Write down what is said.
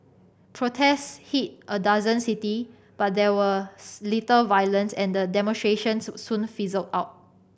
protests hit a dozen city but there was little violence and the demonstrations soon fizzled out